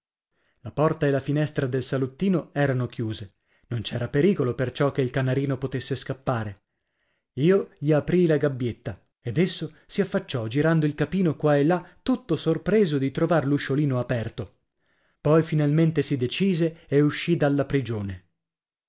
la porta e la finestra del salottino erano chiuse non c'era pericolo perciò che il canarino potesse scappare io gli aprii la gabbietta ed esso si affacciò girando il capino qua e là tutto sorpreso di trovar l'usciolino aperto poi finalmente si decise e uscì dalla prigione